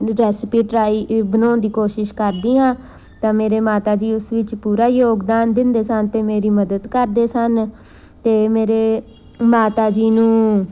recipe try ਬਣਾਉਣ ਦੀ ਕੋਸ਼ਿਸ਼ ਕਰਦੀ ਹਾਂ ਤਾਂ ਮੇਰੇ ਮਾਤਾ ਜੀ ਉਸ ਵਿੱਚ ਪੂਰਾ ਯੋਗਦਾਨ ਦਿੰਦੇ ਸਨ ਅਤੇ ਮੇਰੀ ਮਦਦ ਕਰਦੇ ਸਨ ਅਤੇ ਮੇਰੇ ਮਾਤਾ ਜੀ ਨੂੰ